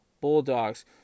Bulldogs